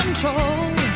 Control